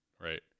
right